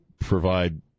provide